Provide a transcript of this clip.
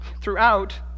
Throughout